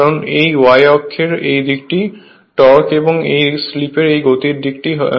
কারণ এই y অক্ষের এই দিকটি টর্ক এবং এটি স্লিপের গতির দিক হয়